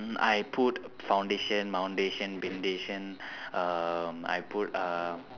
mm I put foundation um I put uh